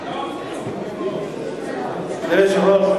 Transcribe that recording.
אדוני היושב-ראש,